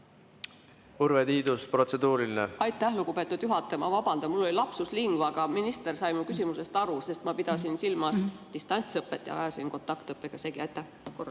Urve Tiidus, protseduuriline. Aitäh, lugupeetud juhataja! Ma vabandan, mul olilapsus linguae. Minister sai mu küsimusest aru, sest ma pidasin silmas distantsõpet ja ajasin kontaktõppega segi. Aitäh,